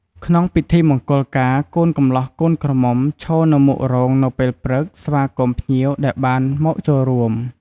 ក្នុងពិធីមង្គលការ កូនកម្លោះកូនក្រមុំ ឈរនៅមុខរោងនៅពេលព្រឹកស្វាគមន៍ភ្ញៀវដែលបានមកចូលរួម។